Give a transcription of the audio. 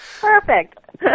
Perfect